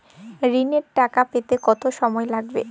ঋণের টাকা পেতে কত সময় লাগবে?